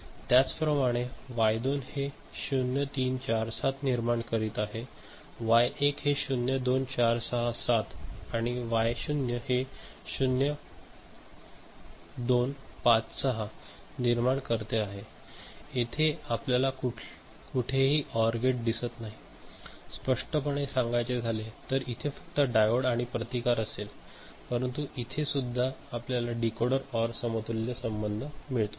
त्याचप्रमाणे वाय 2 हे 0 3 4 7 निर्माण करीत आहे वाय 1 हे 0 2 4 6 7 आणि वाय 0 हे 0 5 5 6 निर्माण करते तर येथे आपल्याला कुठेही ऑर गेट दिसत नाही स्पष्टपणे सांगायचे तर इथे फक्त डायोड आणि प्रतिकार असतो परंतु इथे सुद्धा आपल्याला डीकोडर ओआर समतुल्य संबंध मिळतो